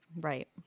Right